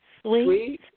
Sweet